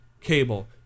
cable